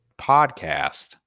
podcast